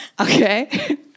Okay